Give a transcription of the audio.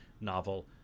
novel